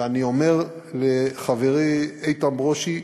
ואני אומר לחברי איתן ברושי: